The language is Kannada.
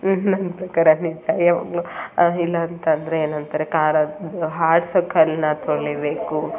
ಇದು ನನ್ನ ಪ್ರಕಾರ ನಿಜ ಯಾವಾಗಲೂ ಇಲ್ಲ ಅಂತಂದರೆ ಏನು ಅಂತಾರೆ ಖಾರ ಆಡ್ಸೊ ಕಲ್ಲನ್ನ ತೊಳೀಬೇಕು